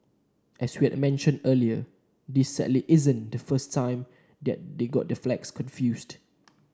as we had mentioned earlier this sadly isn't the first time they got their flags confused